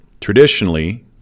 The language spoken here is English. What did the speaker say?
Traditionally